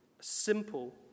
simple